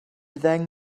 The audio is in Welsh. ddeng